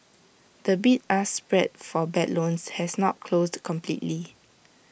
the bid ask spread for bad loans has not closed completely